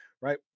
Right